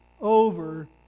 over